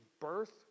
birth